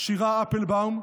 שירה אפלבאום,